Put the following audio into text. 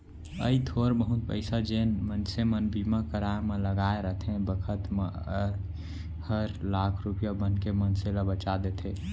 अइ थोर बहुत पइसा जेन मनसे मन बीमा कराय म लगाय रथें बखत म अइ हर लाख रूपया बनके मनसे ल बचा देथे